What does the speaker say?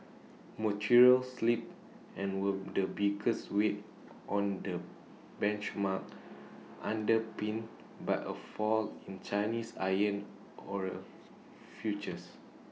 materials slipped and were the biggest weight on the benchmark underpinned by A fall in Chinese iron ore futures